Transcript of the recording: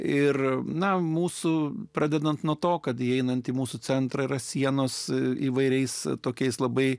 ir na mūsų pradedant nuo to kad įeinant į mūsų centrą yra sienos įvairiais tokiais labai